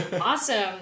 Awesome